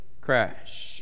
crash